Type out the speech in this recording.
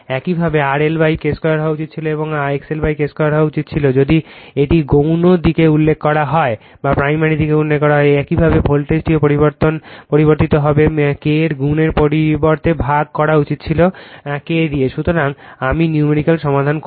একইভাবে R LK 2 হওয়া উচিত ছিল এবং X LK 2 হওয়া উচিত ছিল যদি এটি গৌণ দিকে উল্লেখ করা হয় একইভাবে ভোল্টেজও পরিবর্তিত হবে K এর গুণের পরিবর্তে ভাগ করা উচিত ছিল K সুতরাং আমি নিউমেরিক্যাল সমাধান করব